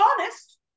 honest